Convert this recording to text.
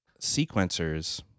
sequencers